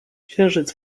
księżyc